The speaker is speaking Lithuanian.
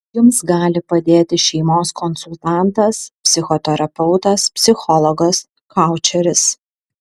jums gali padėti šeimos konsultantas psichoterapeutas psichologas koučeris